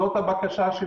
זאת הבקשה שלי.